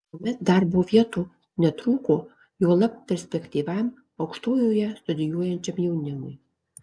tuomet darbo vietų netrūko juolab perspektyviam aukštojoje studijuojančiam jaunimui